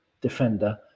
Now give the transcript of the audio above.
defender